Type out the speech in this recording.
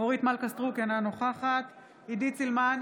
אורית מלכה סטרוק, אינה נוכחת עידית סילמן,